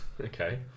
Okay